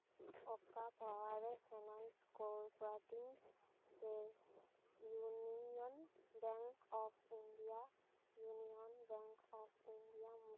ᱚᱠᱟ power finance corporation ᱥᱮ union bank of India union bank of India